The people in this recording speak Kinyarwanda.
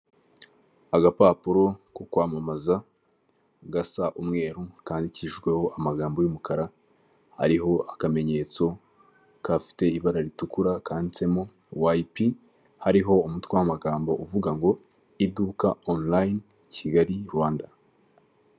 Agapapuro ko kwamamaza gasa umweru kandikijweho amagambo y'umukara, hariho akamenyetso kafite ibara ritukura kandinsemo wayipi hariho umutwe w'amagambo uvuga ngo iduka onorayini Kigali Rwanda.